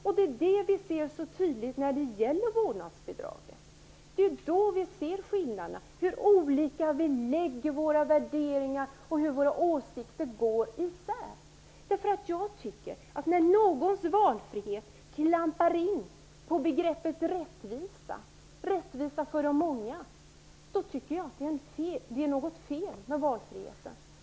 Det är det vi ser så tydligt i vårdnadsbidraget. Det är då vi ser skillnaderna, hur olika vi lägger våra värderingar och hur våra åsikter går isär. När någons valfrihet klampar in på begreppet rättvisa för de många, tycker jag att det är något fel med valfriheten.